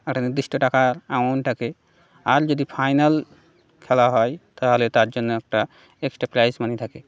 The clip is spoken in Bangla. একটা নির্দিষ্ট টাকা অ্যামাউন্ট থাকে আর যদি ফাইনাল খেলা হয় তাহলে তার জন্য একটা এক্সট্রা প্রাইস মানি থাকে